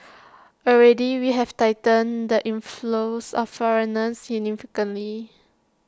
already we have tightened the inflows of foreigners significantly